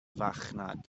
farchnad